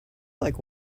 like